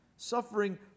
Suffering